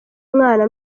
umwana